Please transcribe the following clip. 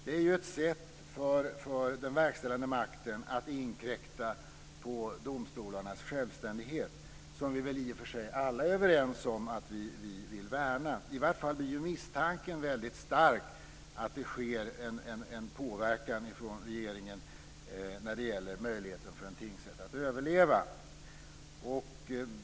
Det är ett sätt för den verkställande makten att inkräkta på domstolarnas självständighet, som vi i och för sig alla är överens om att vi vill värna. Misstanken är väldigt stark att det sker en påverkan från regeringen när det gäller möjligheten för en tingsrätt att överleva.